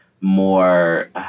more